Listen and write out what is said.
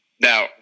Now